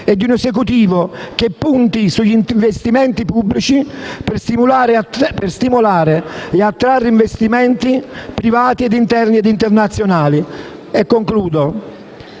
e di un Esecutivo che punti sugli investimenti pubblici per stimolare e attrarre investimenti privati, interni e internazionali. Tutto